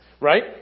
right